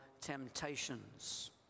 temptations